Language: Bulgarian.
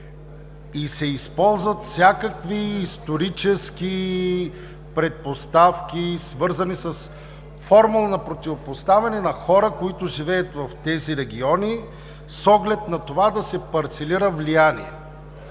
И се използват всякакви исторически предпоставки, свързани с формула на противопоставяне на хора, които живеят в тези региони, с оглед на това да се парцелира влияние.